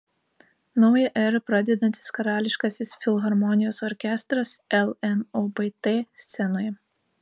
naują erą pradedantis karališkasis filharmonijos orkestras lnobt scenoje